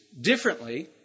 differently